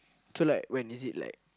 so like when is it like